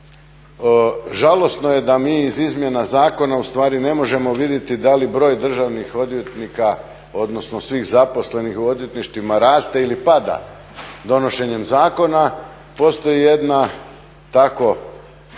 žalosno je da mi iz izmjena zakona ustvari ne možemo vidjeti da li broj državnih odvjetnika odnosno svih zaposlenih u odvjetništvima raste ili pada. Donošenjem zakona postoji jedna tako